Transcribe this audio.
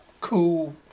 cool